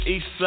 East